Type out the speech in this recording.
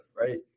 right